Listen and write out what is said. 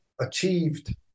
achieved